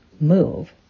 move